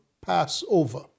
Passover